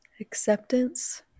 Acceptance